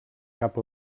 cap